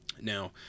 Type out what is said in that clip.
now